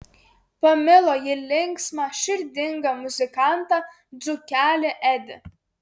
pamilo ji linksmą širdingą muzikantą dzūkelį edį